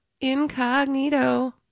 Incognito